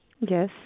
Yes